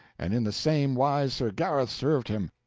and in the same wise sir gareth served him,